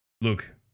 look